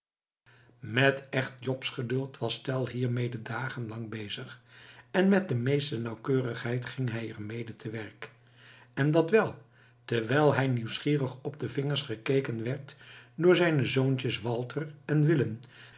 met echt jobsgeduld was tell hiermede dagen lang bezig en met de meeste nauwkeurigheid ging hij er mede te werk en dat wel terwijl hij nieuwsgierig op de vingers gekeken werd door zijne zoontjes walter en willem